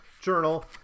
journal